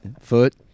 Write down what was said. foot